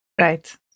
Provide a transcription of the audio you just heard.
Right